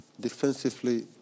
defensively